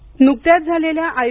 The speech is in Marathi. सट्टा नुकत्याच झालेल्या आय